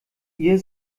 ihr